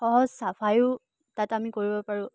সহজ চাফায়ো তাত আমি কৰিব পাৰোঁ